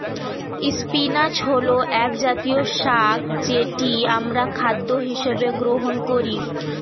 spinach হল একজাতীয় শাক যেটি আমরা খাদ্য হিসেবে গ্রহণ করি